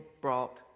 brought